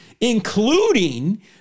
including